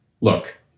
look